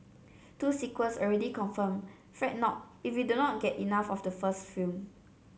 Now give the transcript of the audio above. two sequels already confirmed Fret not if you do not get enough of the first film